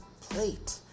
plate